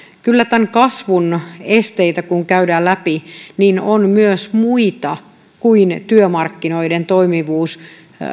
kyllä tämän kasvun esteitä kun käydään läpi on myös muita kuin työmarkkinoiden toimivuus